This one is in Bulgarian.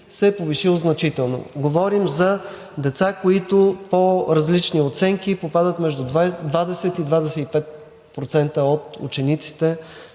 е повишил значително. Говорим за деца, които по различни оценки попадат между 20 и 25% от учениците